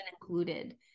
included